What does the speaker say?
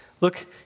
Look